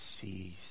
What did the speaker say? sees